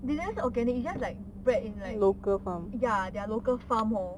they never say organic it's just like bred in like ya their local farm hor